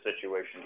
situation